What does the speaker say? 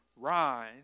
rise